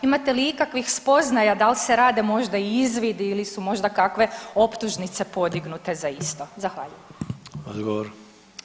Imate li ikakvih spoznaja dal se rade možda izvidi ili su možda kakve optužnice podignute za isto?